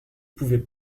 pouvais